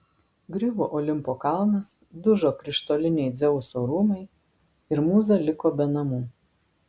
griuvo olimpo kalnas dužo krištoliniai dzeuso rūmai ir mūza liko be namų